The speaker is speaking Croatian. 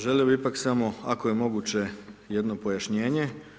Želio bih ipak samo, ako je moguće, jedno pojašnjenje.